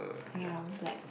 ya but like